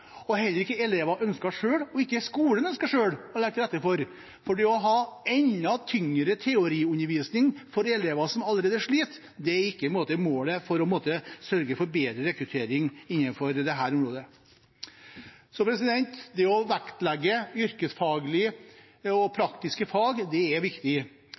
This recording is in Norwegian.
heller ikke er noe elevene selv ønsker, og som ikke er noe skolen selv ønsker å legge til rette for. For det å ha enda tyngre teoriundervisning for de elevene som allerede sliter, er ikke måten å sørge for bedre rekruttering innenfor dette området på. Det å vektlegge yrkesfaglige og praktiske fag er viktig.